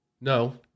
No